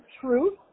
truth